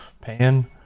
pan